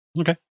okay